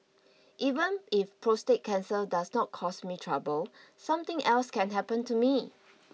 even if prostate cancer does not cause me trouble something else can happen to me